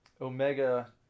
Omega